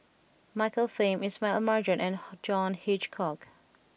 Michael Fam Ismail Marjan and John Hitchcock